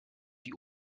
die